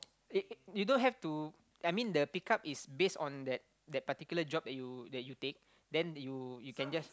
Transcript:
it it you don't have to I mean the pick up is based on that that particular job that you that you take then you you can just